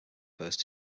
first